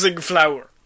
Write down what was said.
flour